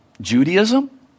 Judaism